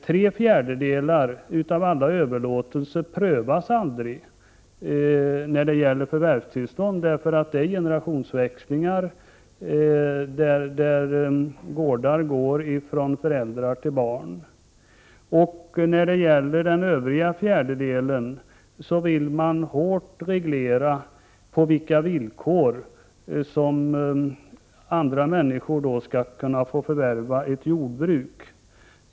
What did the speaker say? Tre fjärdedelar av av alla överlåtelser prövas aldrig när det gäller förvärvstillstånd, därför att det är generationsväxlingar där gårdar går från föräldrar till barn. När det gäller den sista fjärdedelen föreslås hårda regleringar för på vilka villkor andra människor skall kunna förvärva ett Prot. 1988/89:25 jordbruk.